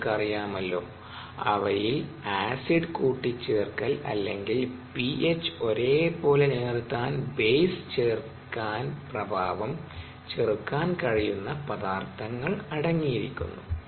നിങ്ങൾക്ക് അറിയാമല്ലോ അവയിൽ ആസിഡ് കൂട്ടിച്ചേർക്കൽ അല്ലെങ്കിൽ പിഎച്ച് ഒരേ പോലെ നിലനിർത്താൻ ബേസ് ചേർക്കാൻപ്രഭാവം ചെറുക്കാൻ കഴിയുന്ന പദാർത്ഥങ്ങൾ അടങ്ങിയിരിക്കുന്നു